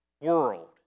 world